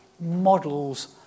models